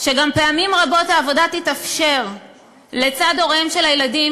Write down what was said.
גם שפעמים רבות העבודה תתאפשר לצד הוריהם של הילדים,